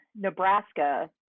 Nebraska